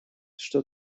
что